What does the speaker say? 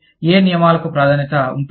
ఏ నియమాలకు ప్రాధాన్యత ఉంటుంది